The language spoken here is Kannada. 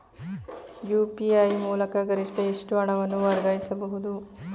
ಯು.ಪಿ.ಐ ಮೂಲಕ ಗರಿಷ್ಠ ಎಷ್ಟು ಹಣವನ್ನು ವರ್ಗಾಯಿಸಬಹುದು?